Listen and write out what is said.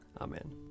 Amen